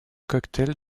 cocktail